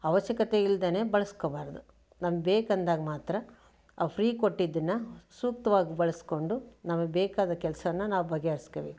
ಅವಶ್ಯಕತೆ ಇಲ್ದೇನೆ ಬಳಸ್ಕೋಬಾರ್ದು ನಮಗೆ ಬೇಕಂದಾಗ ಮಾತ್ರ ಆ ಫ್ರೀ ಕೊಟ್ಟಿದ್ದನ್ನು ಸೂಕ್ತವಾಗಿ ಬಳಸಿಕೊಂಡು ನಮಗೆ ಬೇಕಾದ ಕೆಲಸವನ್ನು ನಾವು ಬಗೆಹರಿಸ್ಕೋಬೇಕು